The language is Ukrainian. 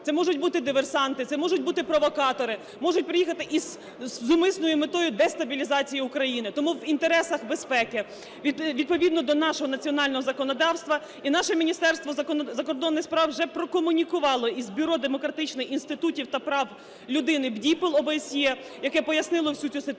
Це можуть бути диверсанти, це можуть бути провокатори, можуть приїхати з умисною метою дестабілізації України. Тому в інтересах безпеки, відповідно до нашого національного законодавства і наше Міністерство закордонних справ вже прокомунікувало із Бюро демократичних інститутів та прав людини (БДІПЛ) ОБСЄ, яке пояснило всю цю ситуацію.